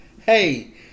Hey